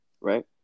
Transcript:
right